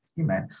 amen